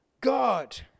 God